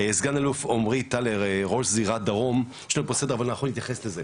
עד כאן ההתייחסות שלי.